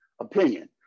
opinion